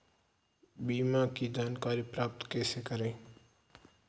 बीमा की जानकारी प्राप्त कैसे करें?